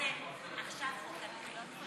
התשע"ח 2018, נתקבל.